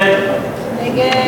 קבוצת